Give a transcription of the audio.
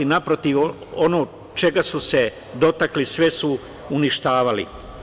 Naprotiv, ono čega su se dotakli, sve su uništavali.